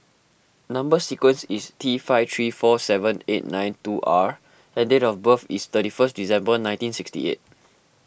Number Sequence is T five three four seven eight nine two R and date of birth is thirty first December nineteen sixty eight